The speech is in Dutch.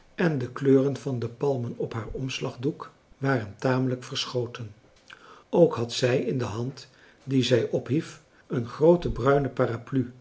en de kleuren van de palmen op haar omslagdoek waren tamelijk verschoten ook had zij in de hand die zij ophief een groote bruine paraplu